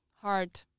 hard